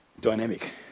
Dynamic